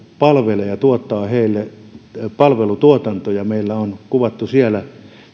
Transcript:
palvelee ja tuottaa niille palvelutuotantoja ja meillä on kuvattu siellä